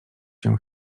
się